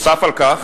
נוסף על כך,